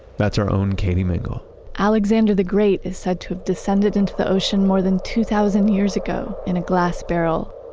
that's our own, katie mingle alexander the great is said to have descended into the ocean more than two thousand years ago in a glass barrel.